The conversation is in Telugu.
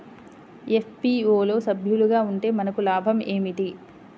ఎఫ్.పీ.ఓ లో సభ్యులుగా ఉంటే మనకు లాభం ఏమిటి?